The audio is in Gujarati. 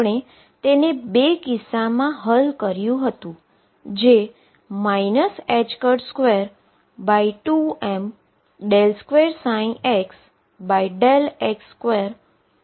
આપણે તેને બે કિસ્સા માં હલ કર્યુ હતુ